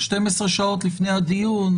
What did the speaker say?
12 שעות לפני הדיון,